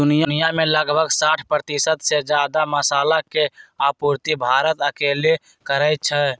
दुनिया में लगभग साठ परतिशत से जादा मसाला के आपूर्ति भारत अकेले करई छई